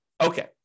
Okay